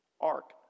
Ark